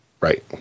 Right